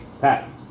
Pat